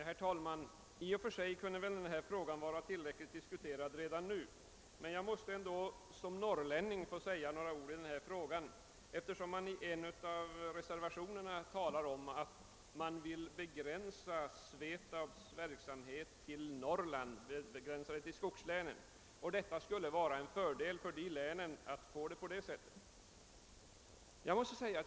Herr talman! I och för sig kunde denna fråga anses vara tillräckligt diskuterad redan nu, men som norrlänning måste jag få säga några ord, eftersom det i en av reservationerna talas om att det skulle vara en fördel att begränsa SVETAB:s verksamhet till skogslänen.